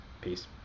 Peace